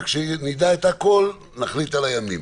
וכשנדע את הכול נחליט על הימים,